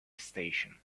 station